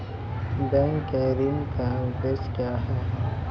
Bank के ऋण का उद्देश्य क्या हैं?